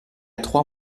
trois